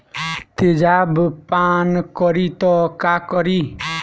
तेजाब पान करी त का करी?